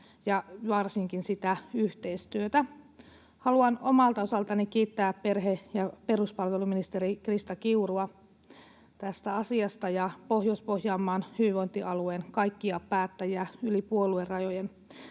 ja varsinkin sitä yhteistyötä. Haluan omalta osaltani kiittää perhe‑ ja peruspalveluministeri Krista Kiurua tästä asiasta ja Pohjois-Pohjanmaan hyvinvointialueen kaikkia päättäjiä yli puoluerajojen